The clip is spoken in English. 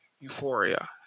Euphoria